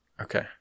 Okay